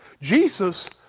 Jesus